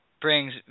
brings